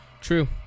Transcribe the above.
True